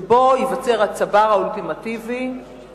שבו ייווצר ה"צבר" האולטימטיבי,